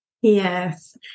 Yes